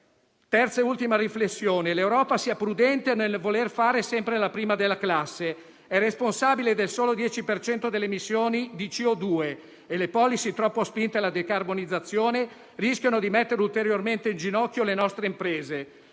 Terza e ultima riflessione: l'Europa sia prudente nel voler fare sempre la prima della classe. È responsabile solo del 10 per cento delle emissioni di CO2 e le *policy* troppo spinte alla decarbonizzazione rischiano di mettere ulteriormente in ginocchio le nostre imprese.